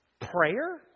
prayer